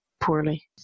poorly